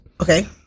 Okay